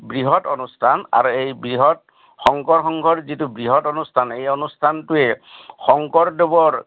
বৃহৎ অনুষ্ঠান আৰু এই বৃহৎ শংকৰ সংঘৰ যিটো বৃহৎ অনুষ্ঠান এই অনুষ্ঠানটোৱে শংকৰদেৱৰ